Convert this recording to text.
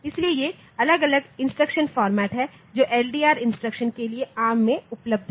इसलिए ये अलग अलग इंस्ट्रक्शन फॉर्मेट हैं जो LDR इंस्ट्रक्शन के लिए ARM में उपलब्ध हैं